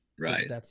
Right